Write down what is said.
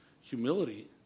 humility